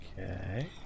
Okay